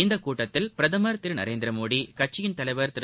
இந்தக் கூட்டத்தில் பிரதமர் திருநரேந்திரமோடி கட்சியின் தலைவர் திரு